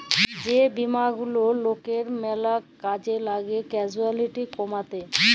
যে বীমা গুলা লকের ম্যালা কামে লাগ্যে ক্যাসুয়ালটি কমাত্যে